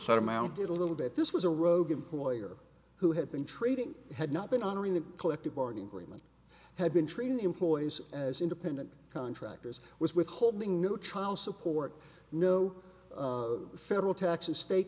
short amount did a little bit this was a rogue employer who had been trading had not been honoring the collective bargaining agreement had been treating employees as independent contractors was withholding no child support no federal taxes state